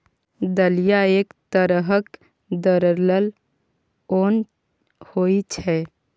दलिया एक तरहक दरलल ओन होइ छै